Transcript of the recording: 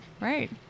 Right